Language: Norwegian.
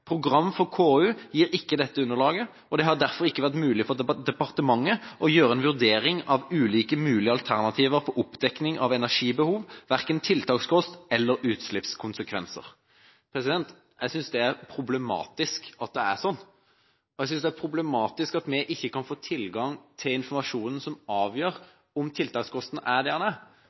Program for KU gir ikke dette underlaget, og det har derfor ikke vært mulig for departementet å gjøre en vurdering av ulike mulige alternativer for oppdekning av energibehov, verken tiltakskost eller utslippskonsekvenser.» Jeg synes det er problematisk at det er sånn. Jeg synes det er problematisk at vi ikke kan få tilgang til informasjonen som avgjør om tiltakskosten er det den